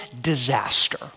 disaster